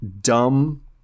dumb